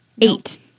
Eight